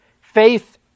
faith